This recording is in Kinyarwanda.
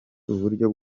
uburyo